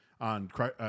on